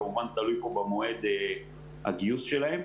כמובן תלוי פה במועד הגיוס שלהם,